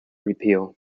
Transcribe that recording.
repeal